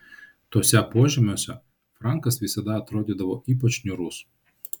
tuose požemiuose frankas visada atrodydavo ypač niūrus